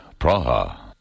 Praha